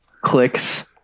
clicks